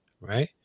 right